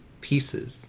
pieces